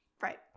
Right